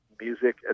music